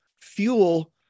fuel